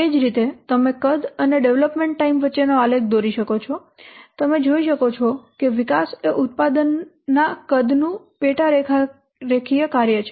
તે જ રીતે તમે કદ અને ડેવલપમેન્ટ ટાઈમ વચ્ચેનો આલેખ દોરી શકો છો તમે જોઈ શકો છો કે વિકાસ એ ઉત્પાદનના કદનું પેટા રેખીય કાર્ય છે